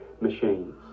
machines